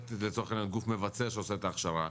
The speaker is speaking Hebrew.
לצורך העניין גוף מבצע שעושה את ההכשרה,